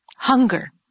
Hunger